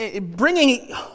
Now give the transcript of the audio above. bringing